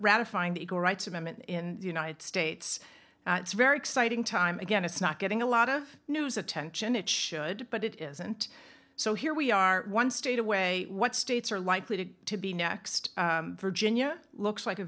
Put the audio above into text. ratifying the equal rights amendment in the united states it's very exciting time again it's not getting a lot of news attention it should but it isn't so here we are one state away what states are likely to to be next virginia looks like a